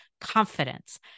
confidence